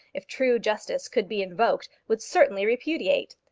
if true justice could be invoked, would certainly repudiate.